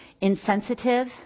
insensitive